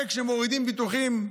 הרי כשמורידים ביטוחים,